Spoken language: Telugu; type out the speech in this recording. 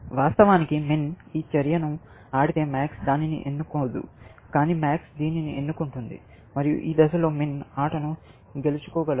వాస్తవానికి MIN ఈ చర్యను ఆడితే MAX దానిని ఎన్నుకోదు కానీ MAX దీన్ని ఎన్నుకుంటుంది మరియు ఈ దశలో MIN ఆటను గెలుచుకోగలదు